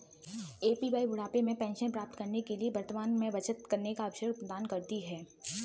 APY बुढ़ापे में pension प्राप्त करने के लिए वर्तमान में बचत करने का अवसर प्रदान करती है